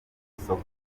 isoko